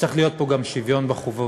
צריך להיות פה גם שוויון בחובות.